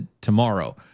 tomorrow